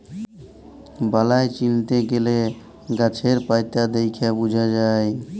বালাই চিলতে গ্যালে গাহাচের পাতা দ্যাইখে বুঝা যায়